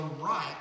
right